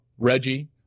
Reggie